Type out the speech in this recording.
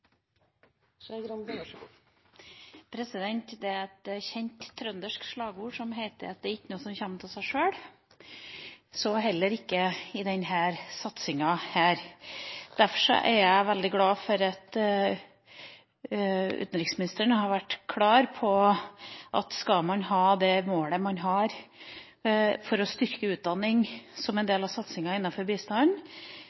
så heller ikke i denne satsinga. Derfor er jeg veldig glad for at utenriksministeren har vært klar på at skal man ha det målet man har for å styrke utdanning som